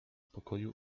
pokoju